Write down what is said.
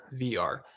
VR